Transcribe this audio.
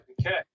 okay